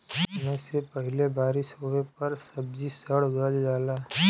समय से पहिले बारिस होवे पर सब्जी सड़ गल जाला